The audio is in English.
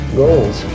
goals